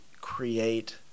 create